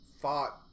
fought